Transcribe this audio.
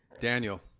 Daniel